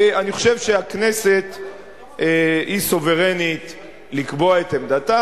אני חושב שהכנסת היא סוברנית לקבוע את עמדתה.